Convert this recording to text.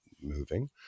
moving